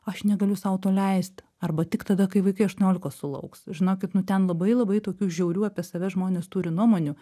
aš negaliu sau to leist arba tik tada kai vaikai aštuoniolikos sulauks žinokit nu ten labai labai tokių žiaurių apie save žmonės turi nuomonių